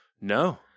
No